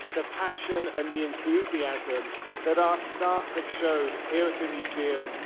the passion and the enthusiasm that our staff have shown here at the museum.